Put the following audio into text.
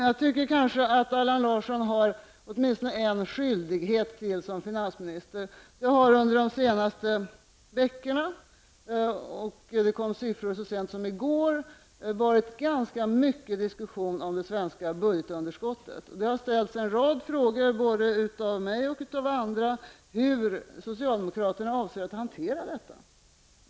Jag tycker att Allan Larsson har åtminstone en skyldighet till som finansminister. Det har under de senaste veckorna -- det kom siffror så sent som i går -- diskuterats mycket om det svenska budgetunderskottet. Det har ställts en rad frågor, både av mig och av andra, om hur socialdemokraterna avser att hantera detta.